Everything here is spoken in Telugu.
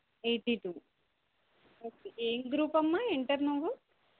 ఎయిటీ టూ ఓకే ఏం గ్రూప్ అమ్మా ఇంటర్ నువ్వు